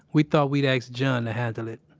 we thought we'd ask john to handle it